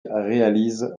réalise